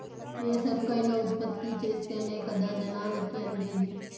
ఏ సరుకైనా ఉత్పత్తి చేస్తేనే కదా జనాలకి అందేది